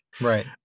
Right